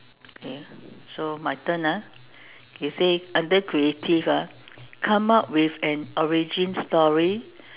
okay so my turn ah they say under creative ah come up with an origin story